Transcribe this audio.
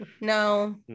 no